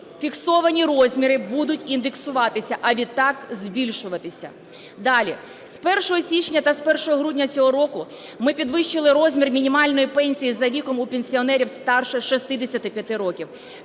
фіксовані розміри будуть індексуватися, а відтак збільшуватися. Далі, з 1 січня та з 1 грудня цього року ми підвищили розмір мінімальної пенсії за віком у пенсіонерів старше 65 років,